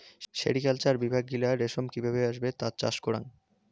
sericulture বিভাগ গিলা রেশম কি ভাবে আসবে তার চাষ করাং